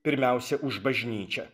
pirmiausia už bažnyčią